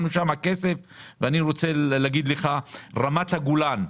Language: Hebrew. אני רוצה להגיד לך שלגבי רמת הגולן,